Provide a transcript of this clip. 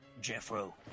Jeffro